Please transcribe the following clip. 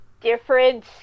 different